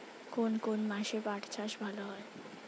কোন কোন মাসে পাট চাষ ভালো হয়?